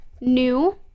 new